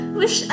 wish